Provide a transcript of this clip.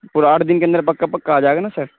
پورا آٹھ دن کے اندر پکا پکا آ جائے گا نا سر